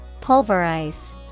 Pulverize